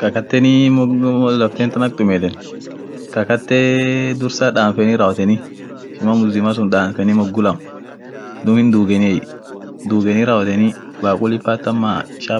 sisino sun akmiidaasen, ta horiatan sila ta aanen jala midaasensun ak dadaloonifa sun silaate wotguureni midaaseni, akchole bare